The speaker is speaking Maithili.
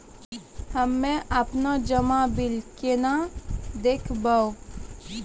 हम्मे आपनौ जमा बिल केना देखबैओ?